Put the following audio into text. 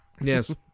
Yes